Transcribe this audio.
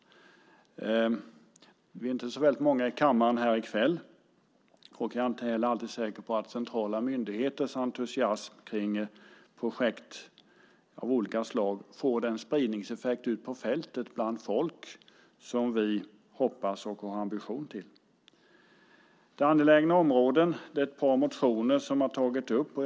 Vi är inte så många i kammaren i kväll och jag är inte heller alldeles säker på att de centrala myndigheternas entusiasm kring projekt av olika slag får den spridning ute på fältet, bland folk, som vi hoppas och som är vår ambition. Det är angelägna områden som tagits upp i ett par motioner.